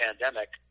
pandemic